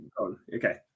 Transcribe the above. okay